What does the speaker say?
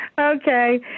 Okay